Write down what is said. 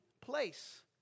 place